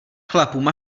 chlapům